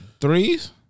Threes